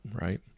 right